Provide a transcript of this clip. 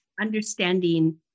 understanding